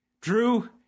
Drew